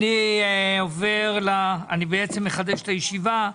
אני מחדש את הישיבה,